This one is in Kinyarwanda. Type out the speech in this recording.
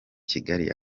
kigali